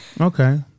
Okay